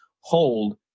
hold